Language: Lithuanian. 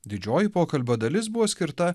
didžioji pokalbio dalis buvo skirta